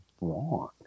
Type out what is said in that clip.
wrong